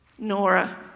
Nora